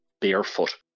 barefoot